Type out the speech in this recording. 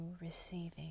receiving